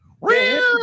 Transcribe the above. Real